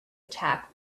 attack